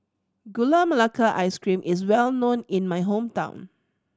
Gula Melaka Ice Cream is well known in my hometown